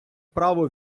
право